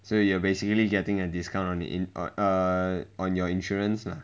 so you are basically getting a discount on in err on your insurance lah